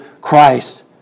Christ